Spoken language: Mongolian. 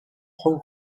хувь